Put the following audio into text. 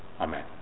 amen